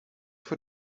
voor